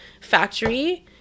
factory